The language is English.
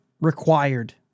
required